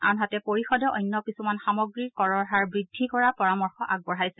আনহাতে পৰিষদে অন্য কিছুমান সামগ্ৰীৰ কৰৰ হাৰ বৃদ্ধি কৰাৰ পৰামৰ্শ আগবঢ়াইছে